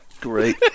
Great